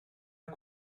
est